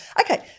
Okay